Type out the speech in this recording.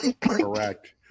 Correct